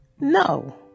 no